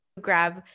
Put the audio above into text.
Grab